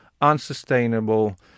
unsustainable